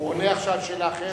הוא עונה עכשיו על שאלה אחרת.